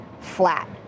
flat